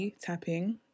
tapping